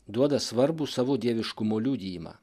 duoda svarbų savo dieviškumo liudijimą